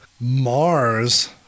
Mars